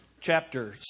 chapter